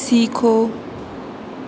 سیکھو